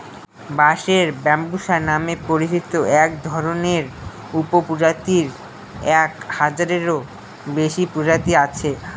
বাঁশের ব্যম্বুসা নামে পরিচিত একধরনের উপপ্রজাতির এক হাজারেরও বেশি প্রজাতি আছে